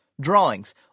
drawings